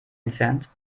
entfernt